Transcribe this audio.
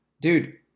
Dude